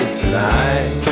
tonight